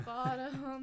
bottom